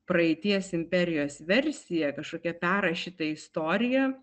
praeities imperijos versiją kažkokią perrašytą istoriją